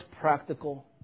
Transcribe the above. practical